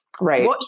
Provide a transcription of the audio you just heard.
Right